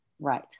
right